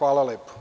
Hvala.